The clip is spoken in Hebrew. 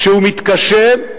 כשהוא מתקשה,